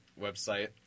website